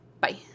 Bye